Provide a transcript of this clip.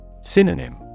Synonym